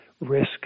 risk